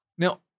Now